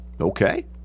Okay